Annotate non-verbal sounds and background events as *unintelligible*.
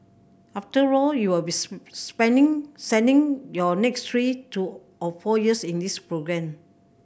after all you will be *unintelligible* spending sending your next three to or four years in this programme